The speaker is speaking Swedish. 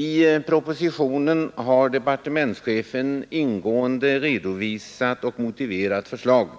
I propositionen har departementschefen ingående redovisat och motiverat förslaget.